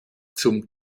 zum